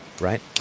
right